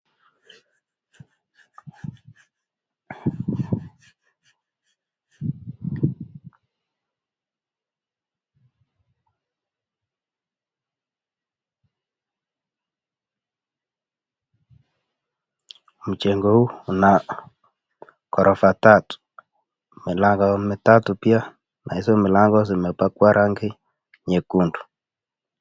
Mjengo huu una ghorofa tatu. Milango mitatu pia na hizo milango zimepakwa rangi nyekundu.